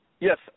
Yes